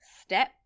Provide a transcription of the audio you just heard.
step